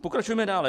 Pokračujme dále.